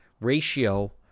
ratio